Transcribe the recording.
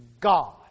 God